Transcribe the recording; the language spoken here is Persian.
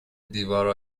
دیوار